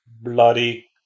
Bloody